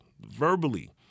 verbally